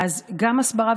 גם הסברה,